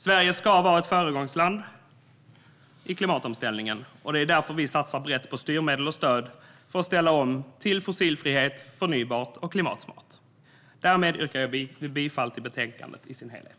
Sverige ska vara ett föregångsland i klimatomställningen. Det är därför vi satsar brett på styrmedel och stöd för att ställa om till fossilfrihet, förnybart och klimatsmart. Därmed yrkar jag bifall till utskottets förslag i betänkandet i dess helhet.